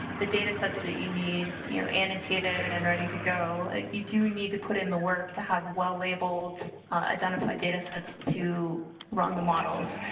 the data sets that you need annotated and ready to go you need to put in the work to have well labeled identified data sets to run the models.